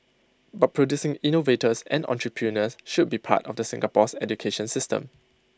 but producing innovators and entrepreneurs should be part of the Singapore's education system